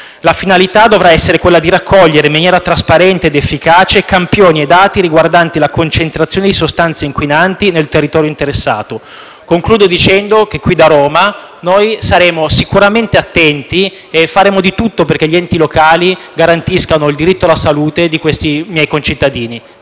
La finalità dovrà essere quella di raccogliere, in maniera trasparente ed efficace, campioni e dati riguardanti la concentrazione di sostanze inquinanti nel territorio interessato. Da Roma saremo sicuramente attenti e faremo di tutto affinché gli enti locali garantiscano il diritto alla salute dei miei concittadini.